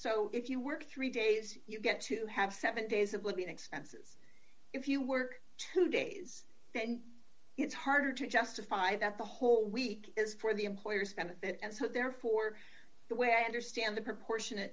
so if you work three days you get to have seven days it would be an expenses if you work two days then it's harder to justify that the whole week is for the employer's benefit and so therefore the way i understand the proportionate